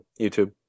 YouTube